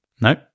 No